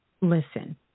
listen